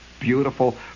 beautiful